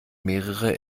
mehrere